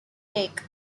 lake